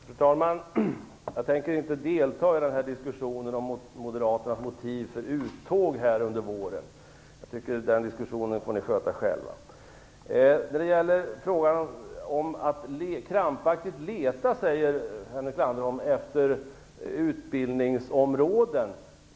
Fru talman! Jag tänker inte delta i diskussionen om Moderaternas motiv för det uttåg ur beredningen vi såg här under våren. Jag tycker att ni får sköta den diskussionen själva. Henrik Landerholm säger att man krampaktigt letar efter utbildningsområden.